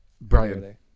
Brian